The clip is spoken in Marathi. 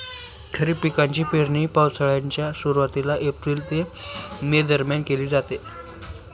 खरीप पिकांची पेरणी पावसाळ्याच्या सुरुवातीला एप्रिल ते मे दरम्यान केली जाते